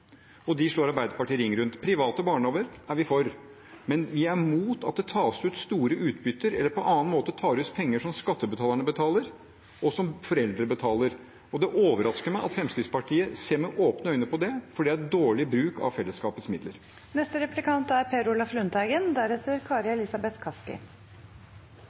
er de ideelle, og dem slår Arbeiderpartiet ring rundt. Private barnehager er vi for. Men vi er imot at det tas ut store utbytter eller på annen måte tas ut penger som skattebetalerne betaler, og som foreldrene betaler. Det overrasker meg at Fremskrittspartiet ser med åpne øyne på det, for det er dårlig bruk av fellesskapets midler. Et velorganisert arbeidsliv er